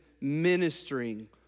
ministering